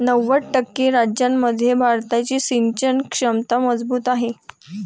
नव्वद टक्के राज्यांमध्ये भारताची सिंचन क्षमता मजबूत आहे